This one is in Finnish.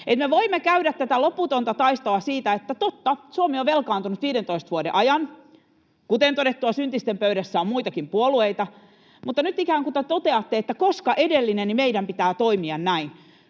Me voimme käydä tätä loputonta taistoa siitä, että totta, Suomi on velkaantunut 15 vuoden ajan — kuten todettua, syntisten pöydässä on muitakin puolueita — mutta nyt ikään kuin toteatte, että koska edellinen, niin meidän pitää toimia näin.